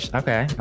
okay